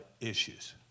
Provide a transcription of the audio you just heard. issues